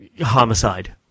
homicide